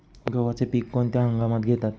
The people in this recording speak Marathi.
गव्हाचे पीक कोणत्या हंगामात घेतात?